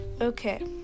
okay